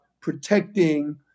protecting